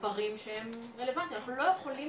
במספרים שהם רלבנטיים, אנחנו לא יכולים